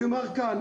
אני אומר כאן,